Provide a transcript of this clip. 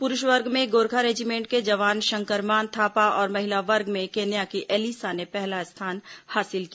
पुरूष वर्ग में गोरखा रेजीमेंट के जवान शंकरमान थापा और महिला वर्ग में केन्या की एलिसा ने पहला स्थान हासिल किया